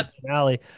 finale